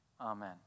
amen